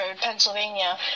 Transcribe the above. Pennsylvania